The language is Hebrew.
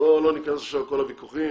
בוא לא ניכנס עכשיו לכל הוויכוחים.